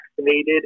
vaccinated